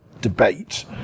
debate